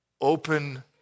Open